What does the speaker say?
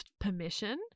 permission